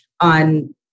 on